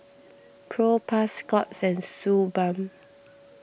Propass Scott's and Suu Balm